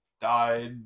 died